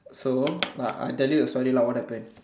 so uh I tell you the story lah what happened